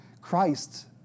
Christ